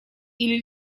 или